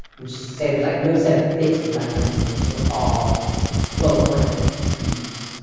which is to say there's like no set of fixed reference points for all lower-order maps to use.